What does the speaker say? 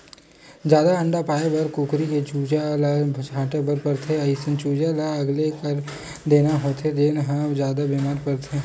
जादा अंडा पाए बर कुकरी के चूजा ल छांटे बर परथे, अइसन चूजा ल अलगे कर देना होथे जेन ह जादा बेमार परथे